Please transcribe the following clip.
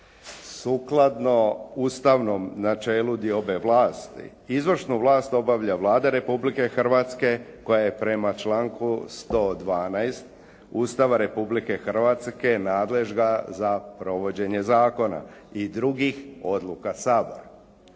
Sukladno Ustavnom načelu diobe vlasti, izvršnu vlast obavlja Vlada Republike Hrvatske koja je prema članku 112. Ustava Republike Hrvatske nadležna za provođenje zakona i drugih odluka Sabora.